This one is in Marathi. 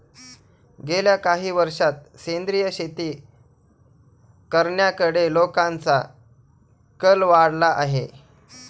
गेल्या काही वर्षांत सेंद्रिय शेती करण्याकडे लोकांचा कल वाढला आहे